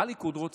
מה הליכוד רוצה?